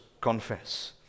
confess